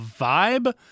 vibe